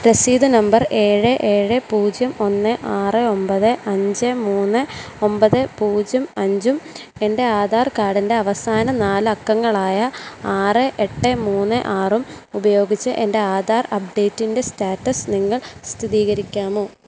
രസീത് നമ്പർ ഏഴ് ഏഴ് പൂജ്യം ഒന്ന് ആറ് ഒൻപത് അഞ്ച് മൂന്ന് ഒൻപത് പൂജ്യം അഞ്ചും എൻ്റെ ആധാർ കാർഡിൻ്റെ അവസാന നാലക്കങ്ങളായ ആറ് എട്ട് മൂന്ന് ആറും ഉപയോഗിച്ച് എൻ്റെ ആധാർ അപ്ഡേറ്റിൻ്റെ സ്റ്റാറ്റസ് നിങ്ങൾ സ്ഥിതീകരിക്കാമോ